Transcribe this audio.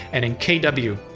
and in kw,